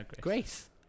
Grace